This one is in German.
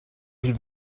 viel